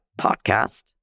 podcast